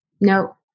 No